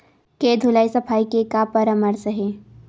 के धुलाई सफाई के का परामर्श हे?